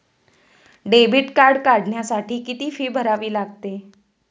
Debit card काढण्यासाठी किती fee भरावी लागते?